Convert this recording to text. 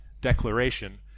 declaration